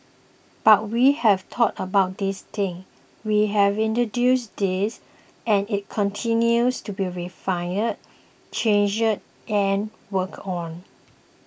but we have thought about these things we have introduced these and it continues to be refined changed and worked on